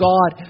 God